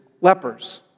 lepers